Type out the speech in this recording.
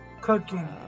cooking